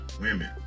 women